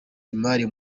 imari